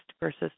versus